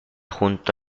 junto